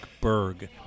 Berg